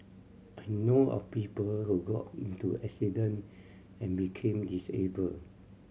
I know of people who got into accident and became disabled